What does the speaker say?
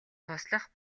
туслах